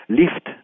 lift